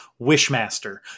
Wishmaster